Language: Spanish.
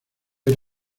ver